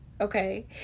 okay